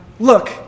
Look